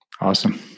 Awesome